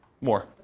More